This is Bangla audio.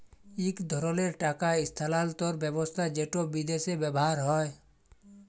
ইক ধরলের টাকা ইস্থালাল্তর ব্যবস্থা যেট বিদেশে ব্যাভার হ্যয়